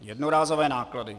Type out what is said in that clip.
Jednorázové náklady.